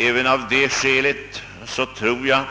Även av det skälet tror jag